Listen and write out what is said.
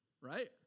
Right